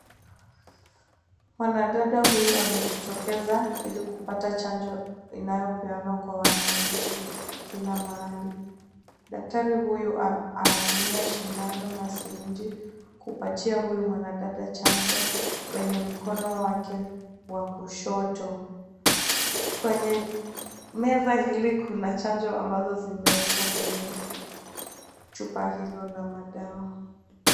Mwanadada huyu amejitokeza ili kupata chanjo inayopeanwa kwa wananchi kila mahali. Daktari huyu anatumia sindano na sirinji kupatia huyu mwanadada chanjo kwenye mkono wake wa kushoto. Kwenye meza hili kuna chanjo ambazo zimewekwa kwenye chupa hilo la madawa.